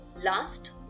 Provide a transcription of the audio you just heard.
Last